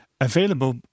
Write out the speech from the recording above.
available